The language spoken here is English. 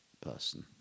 person